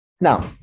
Now